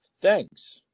Thanks